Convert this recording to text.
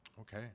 Okay